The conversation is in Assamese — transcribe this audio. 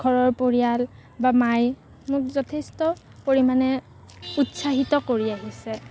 ঘৰৰ পৰিয়াল বা মায়ে মোক যথেষ্ট পৰিমাণে উৎসাহিত কৰি আহিছে